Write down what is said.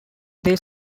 they